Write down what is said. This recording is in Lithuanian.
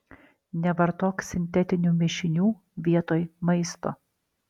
nevartok sintetinių mišinių vietoj maisto